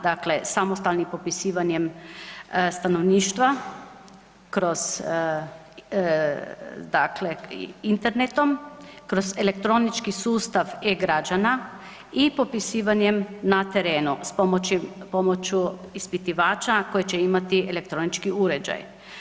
Dakle, samostalni popisivanjem stanovništva kroz dakle internetom, kroz elektronički sustav e-Građana i popisivanjem na terenu, s pomoću ispitivača koji će imati elektronički uređaj.